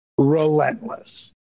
relentless